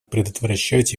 предотвращать